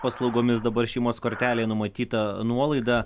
paslaugomis dabar šeimos kortelei numatyta nuolaida